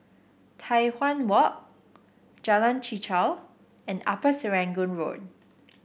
Tai Hwan Walk Jalan Chichau and Upper Serangoon Road